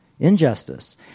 injustice